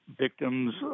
victims